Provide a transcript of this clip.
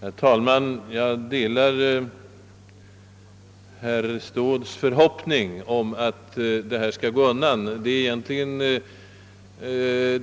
Herr talman! Jag delar givetvis herr Ståhls förhoppning att utredningen av dessa frågor skall gå snabbt.